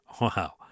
Wow